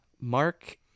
Mark